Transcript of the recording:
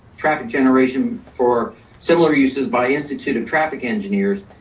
traffic generation for similar uses by institute of traffic engineers,